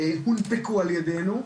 הונפקו על ידינו.